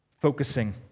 Focusing